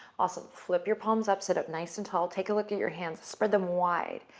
also, flip your palms up, sit up nice and tall. take a look at your hands. spread them wide.